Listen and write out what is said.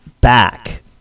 back